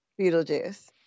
Beetlejuice